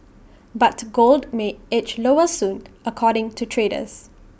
but gold may edge lower soon according to traders